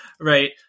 right